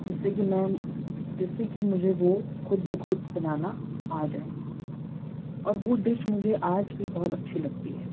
جس سے کہ میں جس سے کہ مجھے وہ خود بخود بنانا آ جائے اور وہ ڈش مجھے آج بھی بہت اچھی لگتی ہے